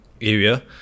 area